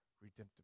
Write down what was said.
redemptive